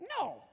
No